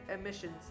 emissions